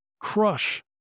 crush